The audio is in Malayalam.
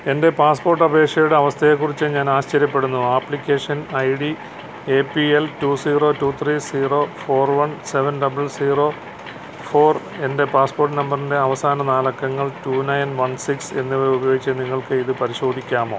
എന്റെ പാസ്പോർട്ട് അപേക്ഷയുടെ അവസ്ഥയേക്കുറിച്ച് ഞാൻ ആശ്ചര്യപ്പെടുന്നു application I D A P L two zero two three zero four one seven double zero four എന്റെ പാസ്പോർട്ട് നമ്പറിന്റെ അവസാന നാലക്കങ്ങൾ റ്റൂ നയൻ വൺ സിക്സ് എന്നിവ ഉപയോഗിച്ച് നിങ്ങൾക്കിത് പരിശോധിക്കാമോ